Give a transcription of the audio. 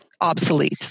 obsolete